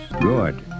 Good